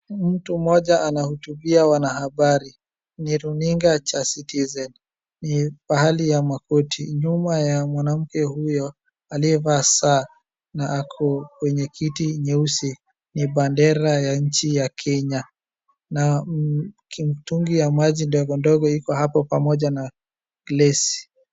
Mtu mmoja anahutubia wanahabari. Ni runinga cha Citizen. Ni pahali ya makoti. Nyuma ya mwanamke huyo aliyevaa saa na ako kwenye kiti nyeusi ni bendera ya nchi ya Kenya. Na kimtungi ya maji ndogo ndogo iko hapo pamoja na glasi.